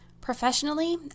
Professionally